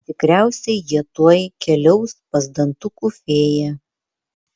tikriausiai jie tuoj keliaus pas dantukų fėją